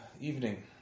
evening